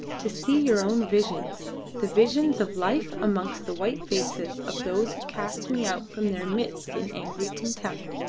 to see your own visions the visions of life amongst the white faces of those who cast me out from their midst in angry contempt.